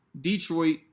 detroit